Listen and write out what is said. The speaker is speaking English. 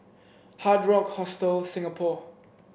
Hard Rock Hostel Singapore